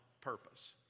purpose